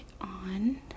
on